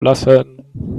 lassen